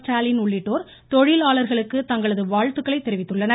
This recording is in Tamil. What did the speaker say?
ஸ்டாலின் உள்ளிட்டோர் தொழிலாளர்களுக்கு தங்களது வாழ்த்துக்களை தெரிவித்துள்ளனர்